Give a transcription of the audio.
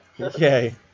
Okay